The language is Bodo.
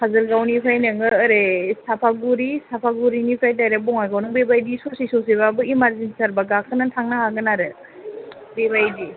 काजोलगावनिफाय नोङो ओरै सापागुरि साफागुरिनिफाय दायरेग बङायगाव नों बेबायदि ससे ससे बाबो एमारजेन्सि थारबा गाखोनानै थांनो हागोन आरो बेबायदि